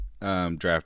Draft